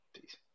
Peace